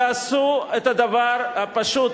תעשו את הדבר הפשוט.